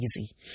easy